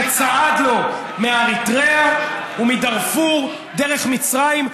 שצעד לו מאריתריאה ומדארפור דרך מצרים.